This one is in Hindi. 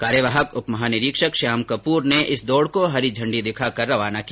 कार्यवाहक उप महानिरीक्षक श्याम कपूर ने इस दौड को हरी झंडी दिखाकर रवाना किया